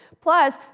Plus